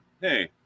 hey